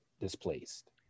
displaced